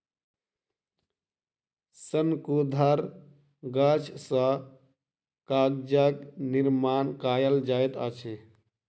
शंकुधर गाछ सॅ कागजक निर्माण कयल जाइत अछि